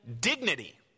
dignity